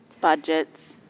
Budgets